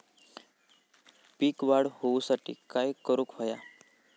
पीक वाढ होऊसाठी काय करूक हव्या?